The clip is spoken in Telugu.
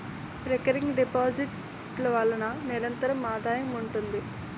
రికరింగ్ డిపాజిట్ ల వలన నిరంతర ఆదాయం ఉంటుంది